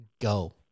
go